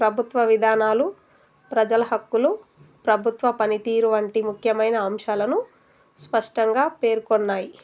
ప్రభుత్వ విధానాలు ప్రజల హక్కులు ప్రభుత్వ పనితీరు వంటి ముఖ్యమైన అంశాలను స్పష్టంగా పేర్కొన్నాయి